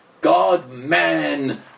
God-man